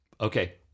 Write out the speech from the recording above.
Okay